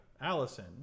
Allison